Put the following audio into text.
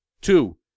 Two